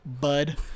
bud